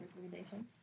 recommendations